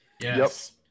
yes